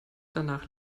danach